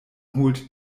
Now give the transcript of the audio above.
holt